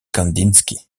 kandinsky